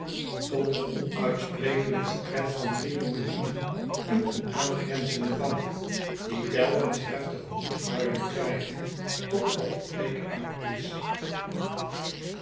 tot onuitsprekelijke pret van drie jonge lieden in een aangrenzende bank die telkens hevige hoestbuien krijgen totdat de preek uit is